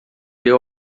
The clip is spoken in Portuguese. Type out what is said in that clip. deu